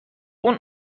اون